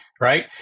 right